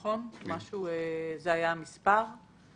זה היה המספר.